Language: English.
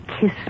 Kiss